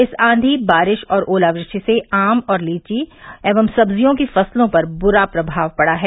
इस आंधी बारिश और ओलावृष्टि से आम और लीची एवं सब्जियों की फसलों पर बुरा प्रभाव पड़ा है